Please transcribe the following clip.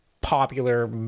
popular